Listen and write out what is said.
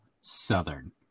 southern